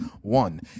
one